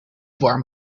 warm